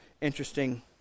interesting